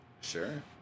Sure